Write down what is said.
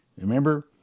Remember